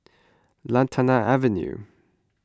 Lantana Avenue